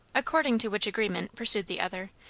according to which agreement, pursued the other,